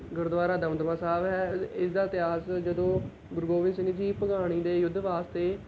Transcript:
ਗੁਰਦੁਆਰਾ ਦਮਦਮਾ ਸਾਹਿਬ ਹੈ ਇਸ ਇਸ ਦਾ ਇਤਿਹਾਸ ਜਦੋਂ ਗੁਰੂ ਗੋਬਿੰਦ ਸਿੰਘ ਜੀ ਭਗਾਣੀ ਦੇ ਯੁੱਧ ਵਾਸਤੇ